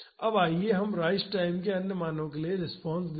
अब आइए हम राइज टाइम के अन्य मानो के लिए रिस्पांस देखें